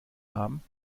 haben